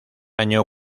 año